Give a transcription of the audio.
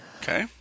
Okay